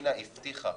ימינה הבטיחה